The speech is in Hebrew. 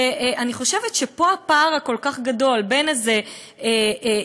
ואני חושבת שפה הפער הכל-כך גדול בין איזה ארגון,